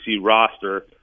roster